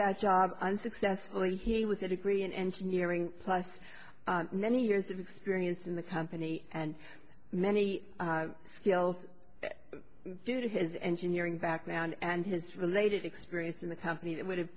that job unsuccessfully he with a degree in engineering plus many years of experience in the company and many skills due to his engineering background and his related experience in the company that would have